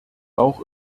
auch